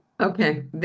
Okay